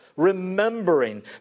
remembering